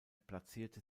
platzierte